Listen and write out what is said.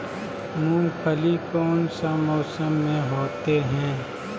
मूंगफली कौन सा मौसम में होते हैं?